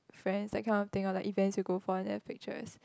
friends that kind of thing or like events you go for and have pictures